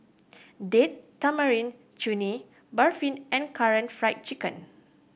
Date Tamarind Chutney Barfi and Karaage Fried Chicken